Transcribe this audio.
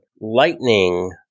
Lightning